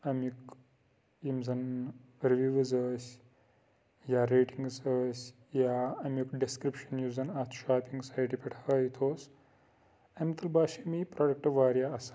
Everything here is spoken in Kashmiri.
اَمیُک یِم زَن رِوِوٕز ٲسۍ یا ریٹِنٛگس ٲسۍ یا امیُک ڈِسکِرٛپشَن یُس زَن اَتھ شاپِنٛگ سایٹہِ پیٚٹھ ہٲیِتھ اوس اَمہِ تَل باسیٚو مےٚ یہِ پرٛوڈَکٹ واریاہ اَصٕل